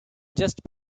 just